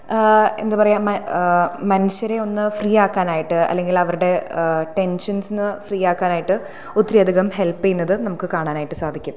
എന്താ പറയുക മനുഷ്യരെ ഒന്ന് ഫ്രീ ആക്കാനായിട്ട് അല്ലെങ്കിൽ അവരുടെ ടെൻഷൻസ് ഫ്രീ ആക്കാനായിട്ട് ഒത്തിരിയധികം ഹെൽപ്പ് ചെയ്യുന്നത് നമുക്ക് കാണാനായിട്ട് സാധിക്കും